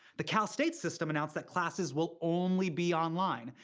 the cal state system announced that classes will only be online.